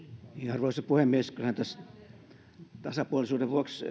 arvoisa puhemies kyllähän tässä tasapuolisuuden vuoksi